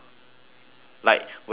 like when is